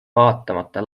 vaatamata